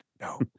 No